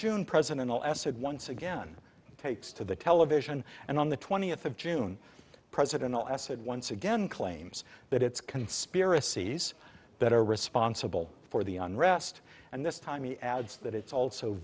june president all essayed once again takes to the television and on the twentieth of june president asad once again claims that it's conspiracies better responsible for the unrest and this time he adds that it's also